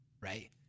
right